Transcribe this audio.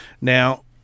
Now